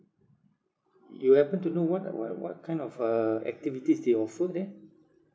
you happen to know what are what what kind of uh activities they offer there